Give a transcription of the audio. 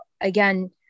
again